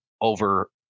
over